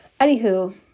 Anywho